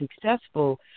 successful